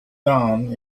down